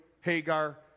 Hagar